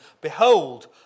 Behold